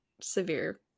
severe